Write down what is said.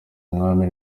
umwami